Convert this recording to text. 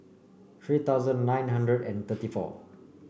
three thousand nine hundred and thirty four